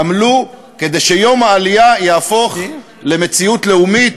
עמלו כדי שיום העלייה יהפוך למציאות לאומית,